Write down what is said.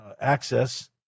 access